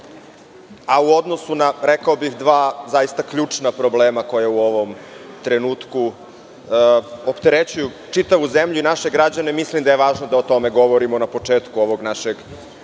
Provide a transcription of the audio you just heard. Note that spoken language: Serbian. a u odnosu na, rekao bih, dva zaista ključna problema koja u ovom trenutku opterećuju čitavu zemlju i naše građane, mislim da je važno da o tome govorimo na početku ovog našeg